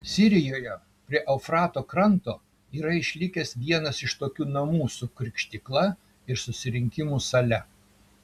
sirijoje prie eufrato kranto yra išlikęs vienas iš tokių namų su krikštykla ir susirinkimų sale